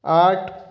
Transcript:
आठ